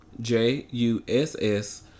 J-U-S-S